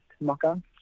mocha